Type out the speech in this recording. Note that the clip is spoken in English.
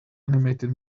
animated